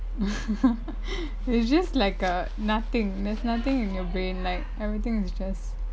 it's just like a nothing there's nothing in your brain like everything is just